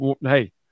hey